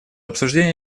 обсуждение